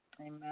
Amen